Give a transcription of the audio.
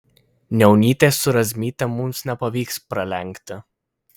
niaunytės su razmyte mums nepavyks pralenkti